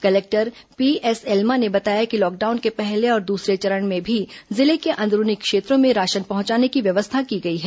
collector P एल्मा ने बताया कि लॉक्डाउन के पहले और दूसरे चरण में भी जिले के अंदरूनी क्षेत्रों में राशन पहुंचाने की व्यवस्था की गई है